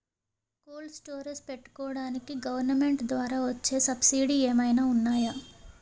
Cold storage పెట్టుకోడానికి government ద్వారా వచ్చే సబ్సిడీ ఏమైనా ఉన్నాయా?